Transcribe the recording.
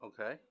Okay